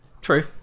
true